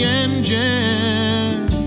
engine